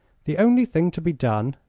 the only thing to be done,